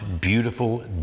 beautiful